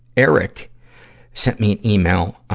eric sent me an email.